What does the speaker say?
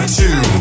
two